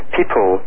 people